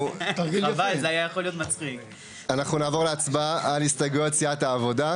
אנחנו נעבור להצבעה על הסתייגויות סיעת "העבודה".